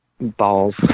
balls